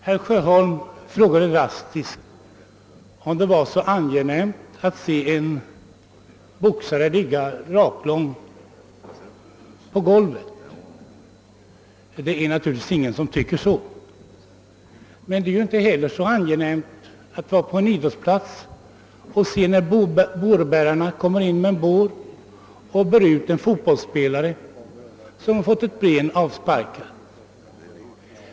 Herr Sjöholm frågade drastiskt om det var så angenämt att se en boxare ligga raklång på golvet. Det är det naturligtvis ingen som tycker. Men det är ju inte heller så angenämt att på en idrottsplats se när bårbärarna kommer in med en bår och bär ut en fotbollsspelare som fått ett ben avsparkat.